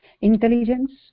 Intelligence